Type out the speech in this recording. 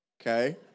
okay